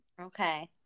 Okay